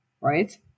right